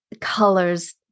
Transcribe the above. colors